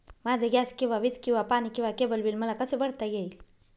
माझे गॅस किंवा वीज किंवा पाणी किंवा केबल बिल मला कसे भरता येईल?